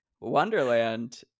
Wonderland